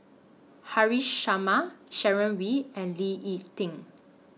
Haresh Sharma Sharon Wee and Lee Ek Tieng